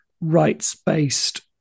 rights-based